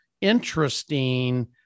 interesting